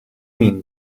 min